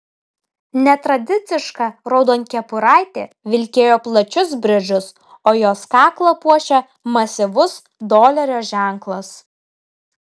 netradiciška raudonkepuraitė vilkėjo plačius bridžus o jos kaklą puošė masyvus dolerio ženklas